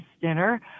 dinner